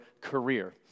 career